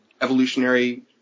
evolutionary